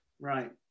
right